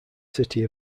city